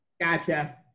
Gotcha